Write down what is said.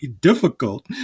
difficult